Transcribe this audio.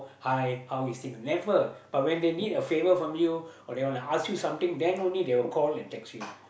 hi how is him never but when they need a favour from you or they want to ask you something then only they will call and text you